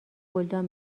گلدان